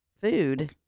Food